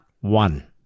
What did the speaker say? one